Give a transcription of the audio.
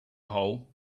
whole